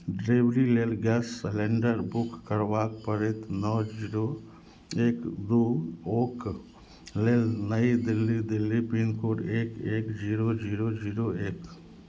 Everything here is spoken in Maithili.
डिलीवरी लेल गैस सलेण्डर बुक करबाक पड़त नओ जीरो एक दू oak lane new Delhi Delhi pin code एक एक जीरो जीरो जीरो एक